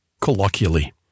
colloquially